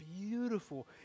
beautiful